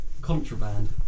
Contraband